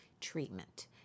treatment